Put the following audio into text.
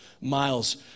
miles